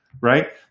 right